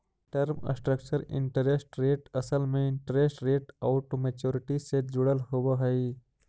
term structure interest rate असल में interest rate आउ मैच्योरिटी से जुड़ल होवऽ हई